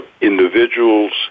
individuals